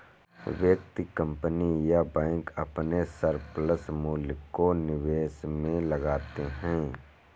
व्यक्ति, कंपनी या बैंक अपने सरप्लस मूल्य को निवेश में लगाते हैं